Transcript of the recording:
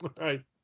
Right